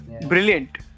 Brilliant